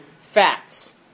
facts